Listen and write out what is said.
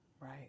Right